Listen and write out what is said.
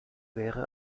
wäre